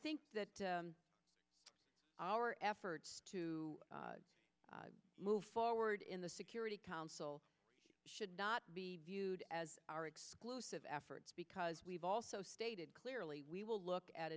think that our efforts to move forward in the security council should not be viewed as our exclusive efforts because we've also state clearly we will look at